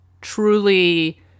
truly